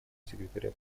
секретаря